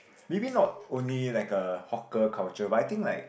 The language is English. maybe not only like a hawker culture but I think like